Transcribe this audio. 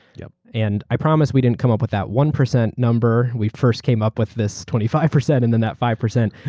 yeah and i promise we didn't come up with that one percent number. we first came up with this twenty five percent and then that five percent.